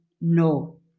No